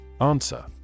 Answer